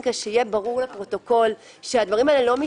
את